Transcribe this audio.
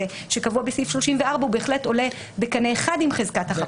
שקבוע בסעיף 34 הוא בהחלט עולה בקנה אחד עם חזקת החפות.